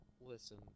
listen